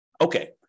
Okay